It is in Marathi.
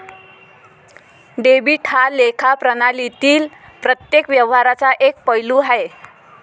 डेबिट हा लेखा प्रणालीतील प्रत्येक व्यवहाराचा एक पैलू आहे